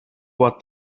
what